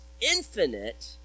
infinite